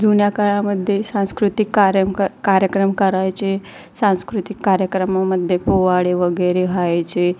जुन्या काळामध्ये सांस्कृतिक कार्य क कार्यक्रम करायचे सांस्कृतिक कार्यक्रमामध्ये पोवाडे वगैरे व्हायचे